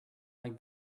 like